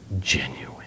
genuine